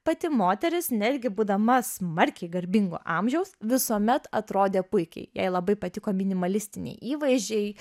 pati moteris netgi būdama smarkiai garbingo amžiaus visuomet atrodė puikiai jai labai patiko minimalistiniai įvaizdžiai